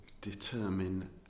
determine